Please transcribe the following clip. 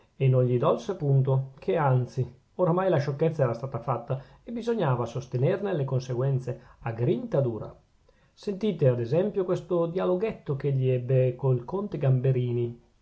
e non gli dolse punto che anzi oramai la sciocchezza era stata fatta e bisognava sostenerne le conseguenze a grinta dura sentite ad esempio questo dialoghetto ch'egli ebbe col conte gamberini